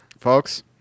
Folks